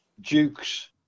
Duke's